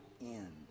end